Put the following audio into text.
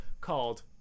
called